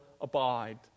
abide